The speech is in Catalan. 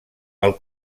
pel